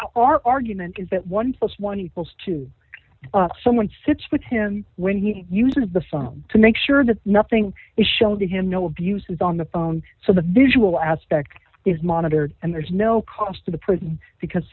our argument is that one plus one equals two someone sits with him when he uses the phone to make sure that nothing is shown to him no abuses on the phone so the visual aspect is monitored and there's no cost to the person because